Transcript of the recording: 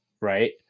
right